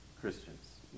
Christians